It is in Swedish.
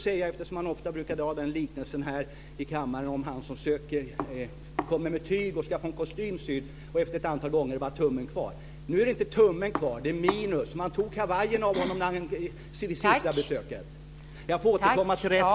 Man brukar ofta gör en liknelse här i kammaren och tala om mannen som kommer med tyg och ska få en kostym sydd. Efter ett antal gånger är det bara tummen kvar. Nu är det inte tummen kvar; det är minus. Man tog kavajen av honom vid sista besöket. Jag får återkomma till resten sedan.